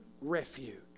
refuge